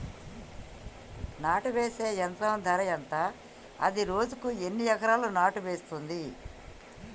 నాటు వేసే యంత్రం ధర ఎంత? అది రోజుకు ఎన్ని ఎకరాలు నాటు వేస్తుంది?